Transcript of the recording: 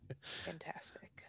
Fantastic